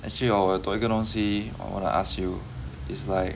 actually hor 我有多一个东西 I want to ask you is like